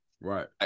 right